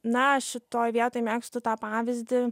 na šitoj vietoj mėgstu tą pavyzdį